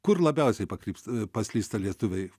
kur labiausiai pakryps paslysta lietuviai